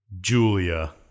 Julia